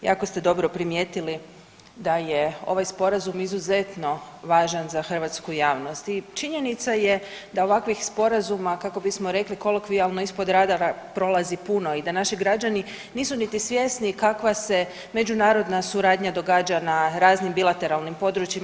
Jako ste dobro primijetili da je ovaj Sporazum izuzetno važan za hrvatski javnost i činjenica je da ovakvih sporazuma, kako bismo rekli kolokvijalno, ispod radara prolazi puno i da naši građani nisu niti svjesni kakva se međunarodna suradnja događa na raznim bilateralnim područjima.